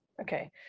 Okay